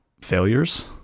failures